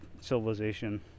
civilization